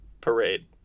parade